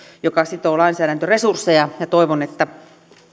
joka sitoo lainsäädäntöresursseja ja toivon että